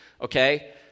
okay